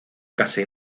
casi